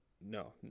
no